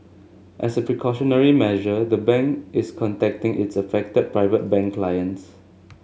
as a precautionary measure the bank is contacting its affected Private Bank clients